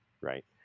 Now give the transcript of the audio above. right